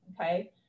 okay